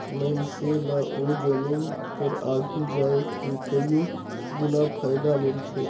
मइनसे ल ओ जमीन कर आघु जाए के कइयो गुना फएदा मिलथे